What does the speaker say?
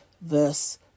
verse